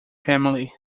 family